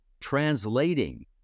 translating